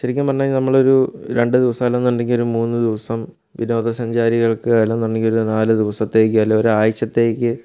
ശരിക്കും പറഞ്ഞ് കഴിഞ്ഞാൽ നമ്മൾ ഒരു രണ്ട് ദിവസം അല്ലാന്നുണ്ടെങ്കിൽ ഒരു മൂന്നു ദിവസം വിനോദസഞ്ചാരിക്കള്ക്ക് അല്ലെന്നുണ്ടെങ്കിൽ നാല് ദിവസത്തേക്ക് അല്ലെങ്കിൽ ഒരാഴ്ചത്തേക്ക്